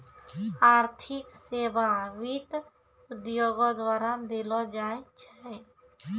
आर्थिक सेबा वित्त उद्योगो द्वारा देलो जाय छै